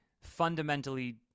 fundamentally